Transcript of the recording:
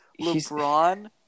LeBron